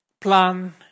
plan